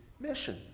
mission